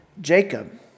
Jacob